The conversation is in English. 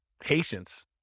Patience